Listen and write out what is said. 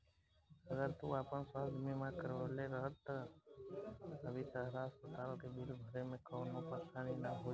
अगर तू आपन स्वास्थ बीमा करवले रहत त अभी तहरा अस्पताल के बिल भरे में कवनो परेशानी ना होईत